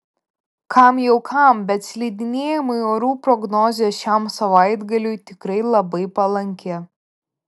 kam jau kam bet slidinėjimui orų prognozė šiam savaitgaliui tikrai labai palanki